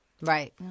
Right